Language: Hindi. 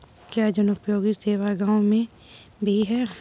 क्या जनोपयोगी सेवा गाँव में भी है?